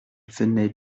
venait